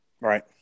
Right